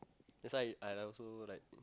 that's why I also like